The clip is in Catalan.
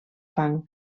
fang